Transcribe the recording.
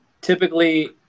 typically